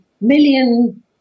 million